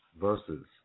verses